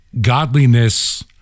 godliness